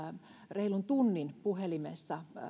reilun tunnin puhelimessa